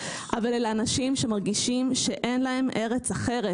אבל אלה אנשים שמרגישים שאין להם ארץ אחרת.